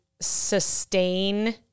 sustain